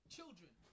Children